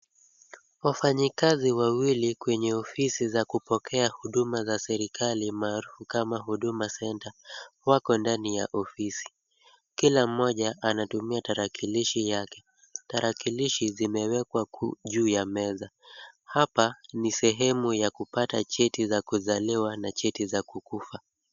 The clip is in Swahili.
Wafanyikazi wawili kwenye ofisi za kupokea huduma za serikali, maarufu kama Huduma Centre, wako ndani ya ofisi. Kila mmoja anatumia tarakilishi yake. Tarakilishi zimewekwa juu ya meza. Hapa ni sehemu ya kupata cheti za kuzaliwa na cheti za kukufa.